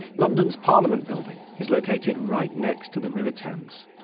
london's parliament building is located right next to the river thames.